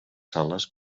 sales